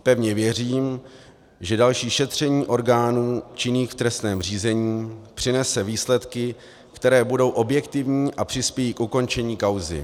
Pevně věřím, že další šetření orgánů činných v trestním řízení přinese výsledky, které budou objektivní a přispějí k ukončení kauzy.